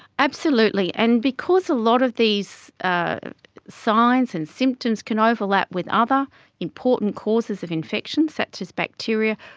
absolutely. and because a lot of these ah signs and symptoms can overlap with other important causes of infection such as bacteria,